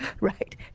Right